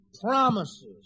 promises